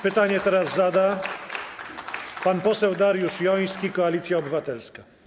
Pytanie teraz zada pan poseł Dariusz Joński, Koalicja Obywatelska.